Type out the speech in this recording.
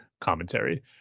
commentary